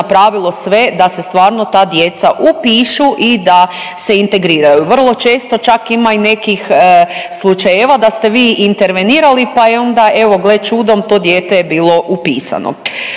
napravilo sve da se stvarno ta djeca upišu i da se integriraju. Vrlo često čak ima i nekih slučajeva da ste vi intervenirali pa je onda evo gle čudom to dijete je bilo upisano.